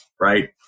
right